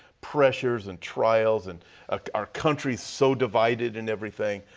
pressures, and trials and our country is so divided and everything,